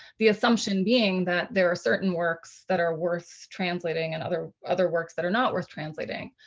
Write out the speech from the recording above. the assumption being that there are certain works that are worth translating and other other works that are not worth translating.